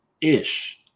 Ish